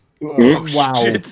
Wow